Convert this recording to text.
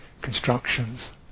constructions